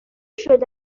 شده